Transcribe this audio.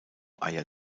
eier